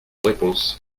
réponses